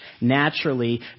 naturally